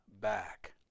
back